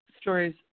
stories